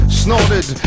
snorted